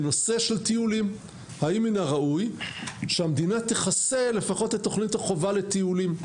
דנו בשאלה האם מן הראוי שהמדינה תכסה לפחות את תכנית החובה לטיולים?